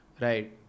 Right